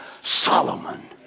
Solomon